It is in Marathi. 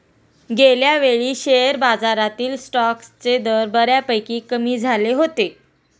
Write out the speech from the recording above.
गेल्यावेळी शेअर बाजारातील स्टॉक्सचे दर बऱ्यापैकी कमी झाले होते